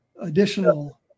additional